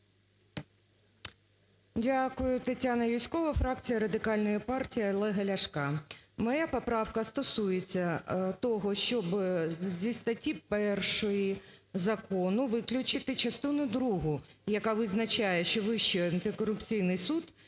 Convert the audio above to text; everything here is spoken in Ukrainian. Дякую. Тетяна Юзькова, фракція Радикальної партії Олега Ляшка. Моя поправка стосується того, щоб зі статті 1 закону виключити частину другу, яка визначає, що "Вищий антикорупційний суд є